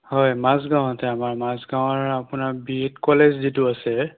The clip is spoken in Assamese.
হয় মাজগাঁৱতে আমাৰ মাজগাঁৱৰ আপোনাৰ বি এড কলেজ যিটো আছে